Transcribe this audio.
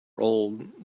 old